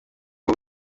ndi